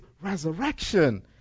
resurrection